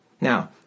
Now